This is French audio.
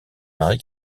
mari